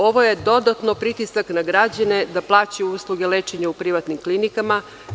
Ovo je dodatno pritisak na građane da plaćaju usluge lečenja u privatnim klinikama.